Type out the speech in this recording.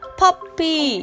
puppy